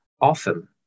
often